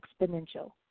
exponential